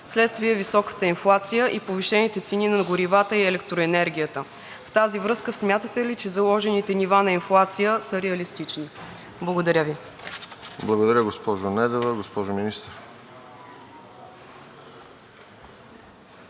вследствие високата инфлация и повишените цени на горивата и електроенергията? В тази връзка, смятате ли, че заложените нива на инфлация са реалистични? Благодаря Ви. ПРЕДСЕДАТЕЛ РОСЕН ЖЕЛЯЗКОВ: Благодаря, госпожо Недева. Госпожо Министър,